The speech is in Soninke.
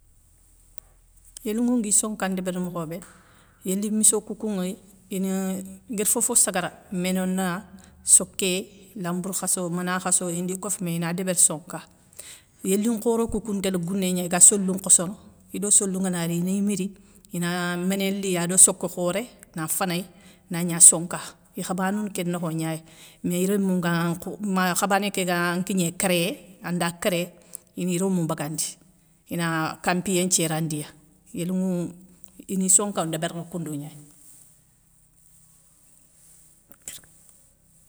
Yélounŋou ngui sonka ndébérini mokhobé, yéli misso kou kounŋa ineu igara fofo sagara ménona, soké, lambourr khasso, mana khasso, indi kofoumé ina débéri sonka. Yélinkhoro kou kou ntélé gouné gna iga solou nkhossono, ido solou ngana ri ini miri ina méné li ya ado sokka khoré na fanéy na gna sonka, i khabanoune kén nokho gna ya, i rémou ngan ma khabané ké gan kigné kéréyé, anda kéré, ini romou bagandi ina kampiyé nthiérandiya. yélounŋou, ini sonka ndébérini koundou gna ya.